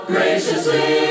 Graciously